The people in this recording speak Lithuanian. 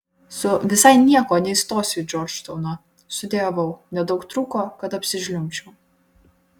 su visai nieko neįstosiu į džordžtauną sudejavau nedaug trūko kad apsižliumbčiau